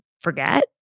forget